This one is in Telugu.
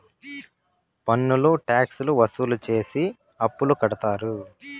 పన్నులు ట్యాక్స్ లు వసూలు చేసి అప్పులు కడతారు